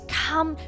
come